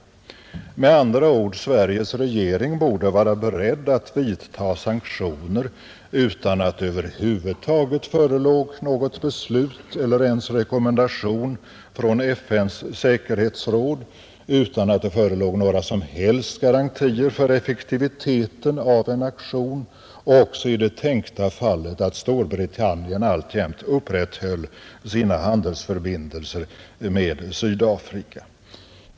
Med andra ord: Sveriges regering borde vara beredd att vidta sanktioner utan att det över huvud taget förelåg något beslut eller ens någon rekommendation från FN:s säkerhetsråd, utan att det förelåg några som helst garantier för effektiviteten av en aktion och också i det tänkta fallet att Storbritannien alltjämt upprätthöll sina handelsförbindelser med Sydafrika.